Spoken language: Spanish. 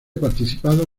participado